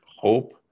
hope